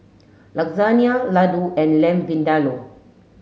Lasagne Ladoo and Lamb Vindaloo